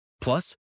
Plus